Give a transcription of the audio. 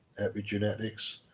epigenetics